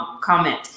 comment